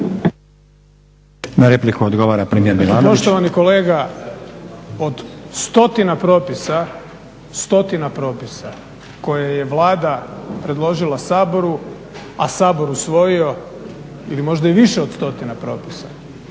ovu repliku odgovara premijer Milanović.